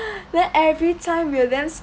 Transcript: then every time we'll dance